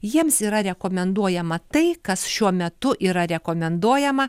jiems yra rekomenduojama tai kas šiuo metu yra rekomenduojama